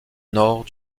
nord